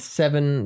seven